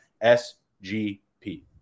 S-G-P